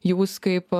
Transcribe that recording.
jūs kaip